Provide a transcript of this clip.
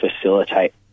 facilitate